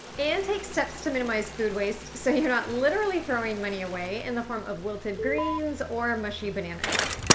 and take steps to minimize food waste so you're not literally throwing money away in the form of wilted greens or mushy bananas.